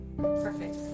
Perfect